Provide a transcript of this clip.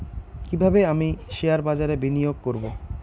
কিভাবে আমি শেয়ারবাজারে বিনিয়োগ করবে?